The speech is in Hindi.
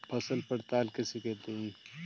फसल पड़ताल किसे कहते हैं?